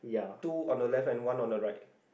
two on the left and one on the right